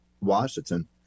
washington